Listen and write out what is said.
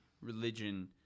religion